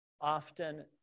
often